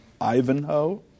Ivanhoe